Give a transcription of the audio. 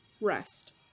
rest